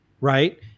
right